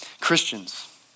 Christians